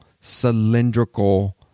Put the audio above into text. cylindrical